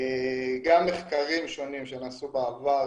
גם מחקרים שונים שנעשו בעבר